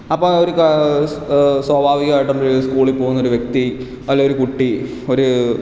അപ്പോൾ ഒരു സ്വ സ്വഭാവികമായിട്ടും സ്കൂളിൽ പോകുന്നൊരു വ്യക്തി അല്ലെങ്കിൽ ഒരു കുട്ടി ഒരു